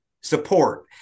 support